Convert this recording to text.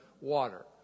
water